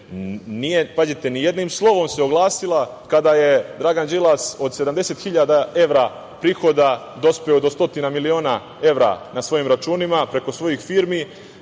pazite, ni jednim slovom se oglasila kada je Dragan Đilas od 70.000 evra prihoda dospeo do stotinu miliona evra na svojim računima preko svojih firmi.